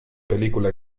película